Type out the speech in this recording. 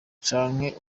canke